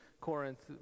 Corinth